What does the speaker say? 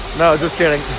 just kidding